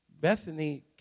Bethany